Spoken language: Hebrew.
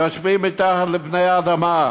יושבים מתחת לפני האדמה.